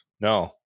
No